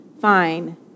fine